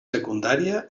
secundària